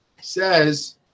says